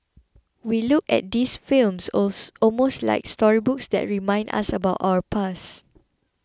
we look at these films almost like storybooks that remind us about our past